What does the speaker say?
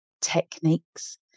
techniques